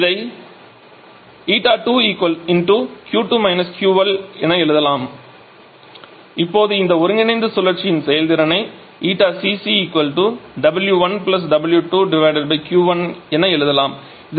இதை 𝜂2 𝑄2 − 𝑄𝐿 என எழுதலாம் இப்போது இந்த ஒருங்கிணைந்த சுழற்சியின் செயல்திறனை 𝜂𝐶𝐶 𝑊1 𝑊2 𝑄1 என எழுதலாம்